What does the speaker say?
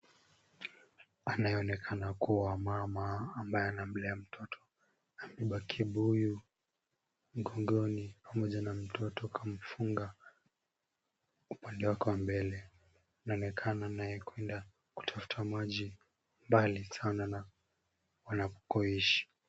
Anayeonekana kuwa mama ambaye anamlea mtoto, amebeba kibuyu mgongoni pamoja na mtoto kamfunga upande wake wa mbele na anaonekana anaye kwenda kutafuta maji mbali sana na anakoishi.